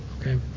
okay